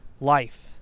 life